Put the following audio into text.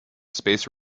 space